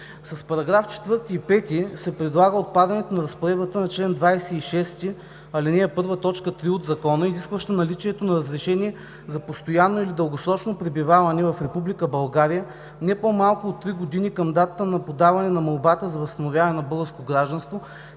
С параграфи 4 и 5 се предлага отпадането на разпоредбата на чл. 26, ал. 1, т. 3 от Закона, изискваща наличието на разрешение за постоянно или дългосрочно пребиваване в Република България не по-малко от три години към датата на подаване на молбата за възстановяване на българско гражданство,